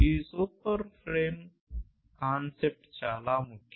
ఈ super frame concept చాలా ముఖ్యం